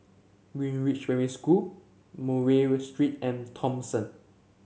Greenridge Primary School Murray Street and Thomson